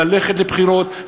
ללכת לבחירות,